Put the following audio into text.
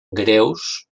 greus